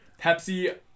Pepsi